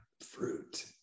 fruit